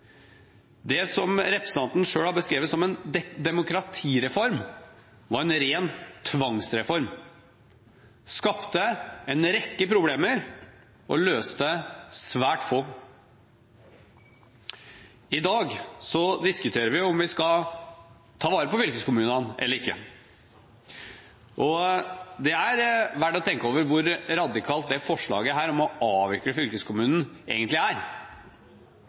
Det som representanten selv har beskrevet som en demokratireform, var en ren tvangsreform. Det skapte en rekke problemer og løste svært få. I dag diskuterer vi om vi skal ta vare på fylkeskommunene eller ikke. Det er verdt å tenke over hvor radikalt dette forslaget om å avvikle fylkeskommunen egentlig er.